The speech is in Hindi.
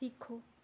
सीखो